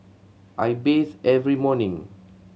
I bathe every morning